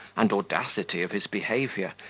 and audacity of his behaviour,